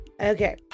Okay